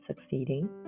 succeeding